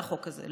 על החוק הזה.